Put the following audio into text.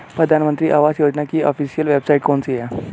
प्रधानमंत्री आवास योजना की official website कौन सी है?